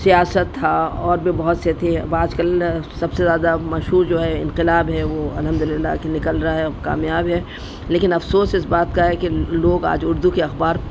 سیاست تھا اور بھی بہت سے تھے اب آج کل سب سے زیادہ مشہور جو ہے انقلاب ہے وہ الحمد للہ کی نکل رہا ہے کامیاب ہے لیکن افسوس اس بات کا ہے کہ لوگ آج اردو کے اخبار